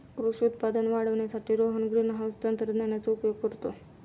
कृषी उत्पादन वाढवण्यासाठी रोहन ग्रीनहाउस तंत्रज्ञानाचा उपयोग करतो